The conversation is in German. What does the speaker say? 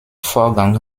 vorgang